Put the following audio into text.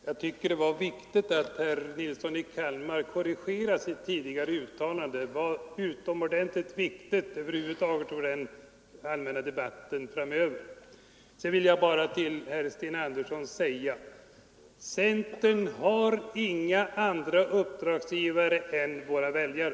Herr talman! Jag tycker att det var viktigt — bl.a. för den allmänna debatten framöver — att herr Nilsson i Kalmar korrigerade sitt tidigare uttalande. Sedan vill jag bara säga till herr Sten Andersson i Stockholm: Centern har inga andra uppdragsgivare än våra väljare.